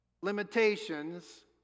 limitations